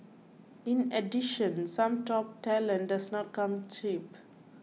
in addition some top talent does not come cheap